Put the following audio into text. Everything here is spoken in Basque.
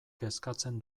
kezkatzen